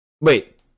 wait